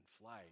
flight